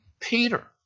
Peter